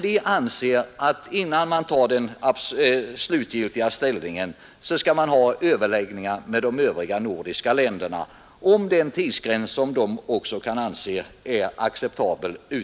Vi anser dock att innan man tar slutgiltig ställning skall överläggningar äga rum med övriga nordiska länder om vilken tidsgräns som de kan betrakta som acceptabel.